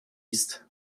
ist